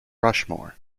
rushmore